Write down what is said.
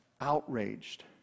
outraged